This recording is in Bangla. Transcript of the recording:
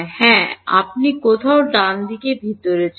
হ্যাঁ আপনি কোথাও ডানদিকে ভিতরে চান